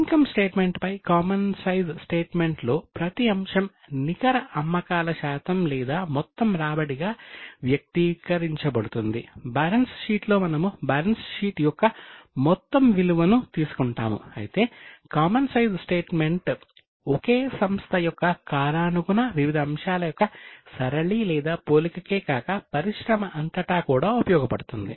income statement ఒకే సంస్థ యొక్క కాలానుగుణ వివిధ అంశాల యొక్క సరళి లేదా పోలికకే కాక పరిశ్రమ అంతటా కూడా ఉపయోగపడుతుంది